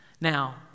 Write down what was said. Now